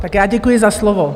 Tak já děkuji za slovo.